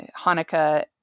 Hanukkah